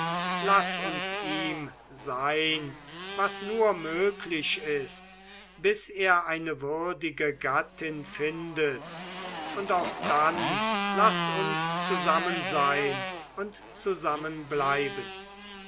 laß uns ihm sein was nur möglich ist bis er eine würdige gattin findet und auch dann laß uns zusammen sein und